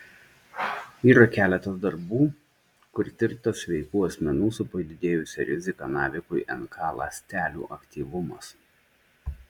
yra keletas darbų kur tirtas sveikų asmenų su padidėjusia rizika navikui nk ląstelių aktyvumas